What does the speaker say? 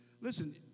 Listen